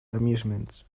amusements